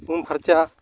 ᱩᱢ ᱯᱷᱟᱨᱪᱟ